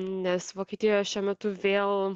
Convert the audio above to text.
nes vokietijoje šiuo metu vėl